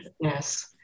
Yes